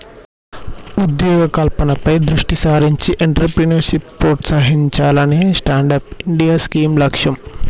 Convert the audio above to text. ఉద్యోగ కల్పనపై దృష్టి సారించి ఎంట్రప్రెన్యూర్షిప్ ప్రోత్సహించాలనే స్టాండప్ ఇండియా స్కీమ్ లక్ష్యం